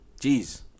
Jeez